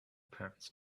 pants